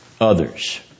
others